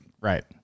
Right